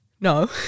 no